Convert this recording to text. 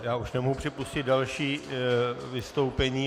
Já už nemohu připustit další vystoupení.